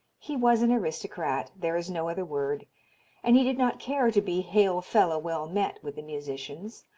he was an aristocrat there is no other word and he did not care to be hail-fellow-well-met with the musicians.